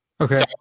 Okay